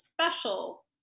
special